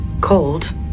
cold